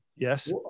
yes